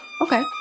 Okay